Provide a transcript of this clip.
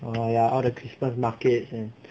oh ya all the christams market and